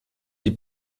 die